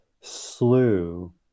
slew